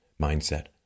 mindset